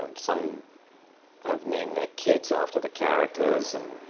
and some have named their kids after the characters, and